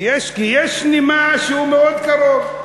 כי יש נימה שהוא מאוד קרוב.